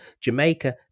Jamaica